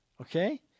Okay